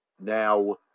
Now